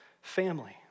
family